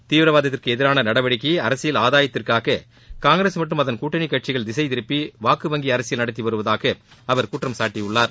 தீவிரவாதத்திற்கு எதிரான நடவடிக்கையை அரசியல் ஆதாயத்திற்காக காங்கிரஸ் மற்றும் அதன் கூட்டணி கட்சிகள் திசை திருப்பி வாக்கு வங்கி அரசியல் நடத்தி வருவதூக அவர் குற்றம் சாட்டியுள்ளார்